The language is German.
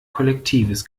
kollektives